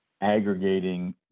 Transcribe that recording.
aggregating